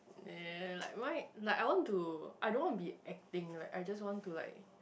ya like my~ like I want to I don't want to be acting like I just want to like